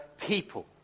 people